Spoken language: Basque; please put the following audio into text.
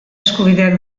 eskubideak